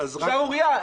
שערורייה.